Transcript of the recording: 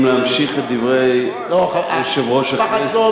אם להמשיך את דברי יושב-ראש הכנסת,